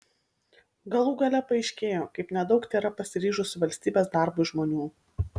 galų gale paaiškėjo kaip nedaug tėra pasiryžusių valstybės darbui žmonių